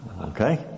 Okay